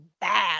bad